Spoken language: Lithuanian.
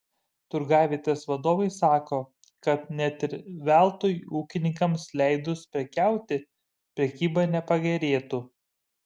turgavietės vadovai sako kad net ir veltui ūkininkams leidus prekiauti prekyba nepagerėtų